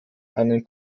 einen